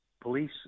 police